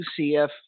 UCF